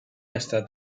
hasta